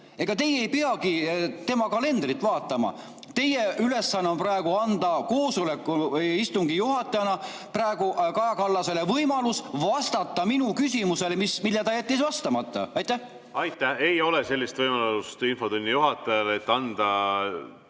Ega teie ei peagi tema kalendrit vaatama. Teie ülesanne on praegu anda istungi juhatajana Kaja Kallasele võimalus vastata minu küsimusele, millele ta jättis vastamata. Aitäh! Ei ole sellist võimalust infotunni juhatajal, et anda